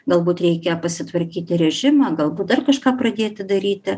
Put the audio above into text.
galbūt reikia pasitvarkyti režimą galbūt dar kažką pradėti daryti